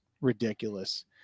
ridiculous